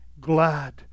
glad